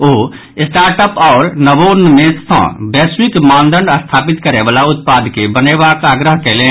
ओ startup आओर नवोन्मेषक सॅ वैश्विक मानदंड स्थापित करय वला उत्पाद के बनेबाक आग्रह कयलनि